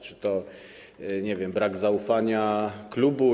Czy to, nie wiem, brak zaufania klubu?